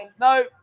no